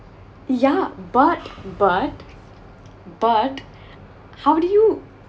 yeah but but but how do you